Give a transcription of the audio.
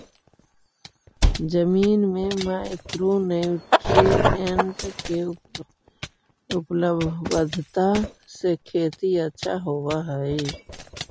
जमीन में micro nutrient के उपलब्धता से खेती अच्छा होब हई